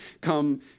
come